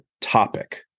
topic